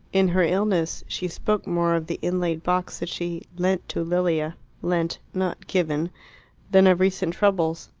in her illness she spoke more of the inlaid box that she lent to lilia lent, not given than of recent troubles.